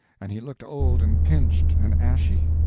and he looked old and pinched and ashy.